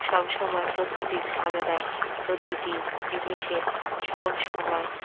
সবসময় প্রতিটি ঝামেলায় প্রতিটি জিনিসে সবসময়